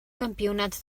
campionats